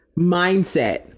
mindset